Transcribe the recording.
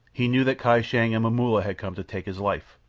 he knew that kai shang and momulla had come to take his life.